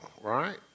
right